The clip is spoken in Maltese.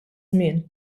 żmien